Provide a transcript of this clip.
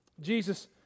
Jesus